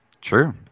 True